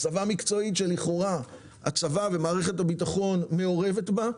הסבה מקצועית שלכאורה הצבא ומערכת הבטחון מעורבת בה,